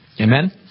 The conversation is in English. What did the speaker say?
Amen